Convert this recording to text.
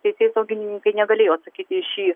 teisėsaugininkai negalėjo atsakyti į šį